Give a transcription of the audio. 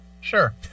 sure